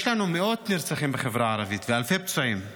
יש לנו מאות נרצחים בחברה הערבית, ואלפי פצועים,